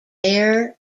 bear